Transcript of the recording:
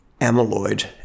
amyloid